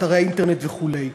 אתרי האינטרנט וכו'.